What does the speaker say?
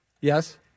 Yes